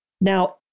Now